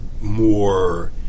More